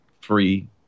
free